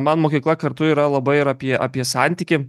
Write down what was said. man mokykla kartu yra labai ir apie apie santykį